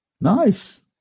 Nice